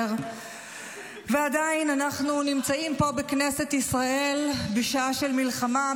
ואנחנו עדיין נמצאים פה בכנסת ישראל בשעה של מלחמה,